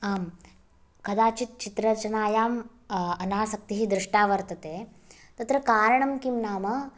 आम् कदाचित् चित्ररचनायाम् अनासक्तिः दृष्टा वतते तत्र कारणं किं नाम